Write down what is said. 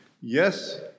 Yes